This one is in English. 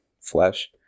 flesh